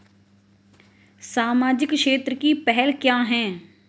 सामाजिक क्षेत्र की पहल क्या हैं?